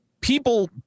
people